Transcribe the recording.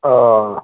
ओ